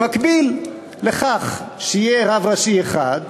במקביל לכך שיהיה רב ראשי אחד,